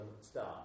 Start